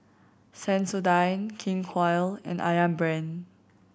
Sensodyne King Koil and Ayam Brand